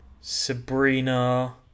Sabrina